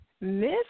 Miss